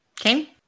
Okay